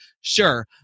Sure